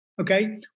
okay